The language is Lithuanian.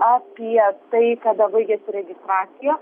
apie tai kada baigiasi registracija